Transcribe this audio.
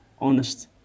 honest